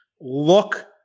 look